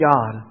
God